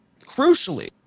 crucially